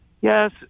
yes